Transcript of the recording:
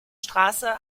straße